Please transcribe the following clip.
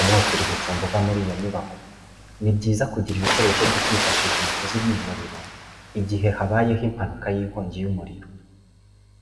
umwotsi uri gucumba uva muri iyi nyubako. Ni byiza kugira ibikoresho byo kwifashisha mu kuzimya umuriro igihe habayeho impanuka y'inkongi y'umuriro.